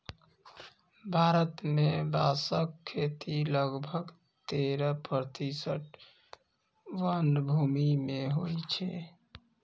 भारत मे बांसक खेती लगभग तेरह प्रतिशत वनभूमि मे होइ छै